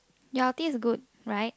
your ulti is good right